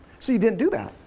see, you didn't do that.